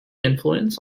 influence